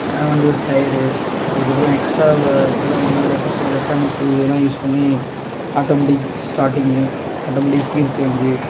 வண்டியோட டயரு அதுக்கப்பறம் எக்ஸ்ட்ரா இப்போலாம் பார்த்திங்கன்னா லேட்டஸ்ட்டாக எலக்ட்ரானிக்ஸு இதெல்லாம் யூஸ் பண்ணி automatic starting automatic gear change